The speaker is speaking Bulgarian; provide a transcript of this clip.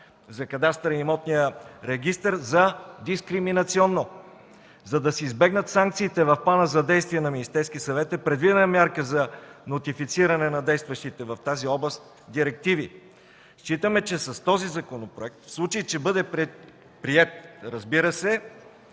за кадастъра и имотния регистър за дискриминационно. За да се избегнат санкциите в Плана за действие на Министерския съвет, е предвидена мярка за нотифициране на действащите в тази област директиви. Считаме, че с този законопроект, в случай че бъде приет, разбира се,